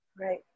Right